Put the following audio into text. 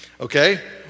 Okay